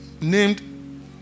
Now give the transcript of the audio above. named